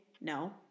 No